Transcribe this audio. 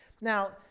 now